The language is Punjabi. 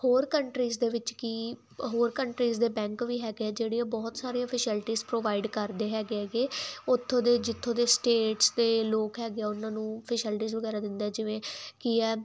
ਹੋਰ ਕੰਟਰੀਜ਼ ਦੇ ਵਿੱਚ ਕੀ ਹੋਰ ਕੰਟਰੀਜ਼ ਦੇ ਬੈਂਕ ਵੀ ਹੈਗੇ ਆ ਜਿਹੜੇ ਉਹ ਬਹੁਤ ਸਾਰੀਆਂ ਫੈਸਿਲਿਟੀਜ਼ ਪ੍ਰੋਵਾਈਡ ਕਰਦੇ ਹੈਗੇ ਹੈਗੇ ਉੱਥੋਂ ਦੇ ਜਿੱਥੋਂ ਦੇ ਸਟੇਟਸ ਤੇ ਲੋਕ ਹੈਗੇ ਆ ਉਹਨਾਂ ਨੂੰ ਫਿਸ਼ਲਟੀਜ ਵਗੈਰਾ ਦਿੰਦਾ ਜਿਵੇਂ ਕਿ ਆ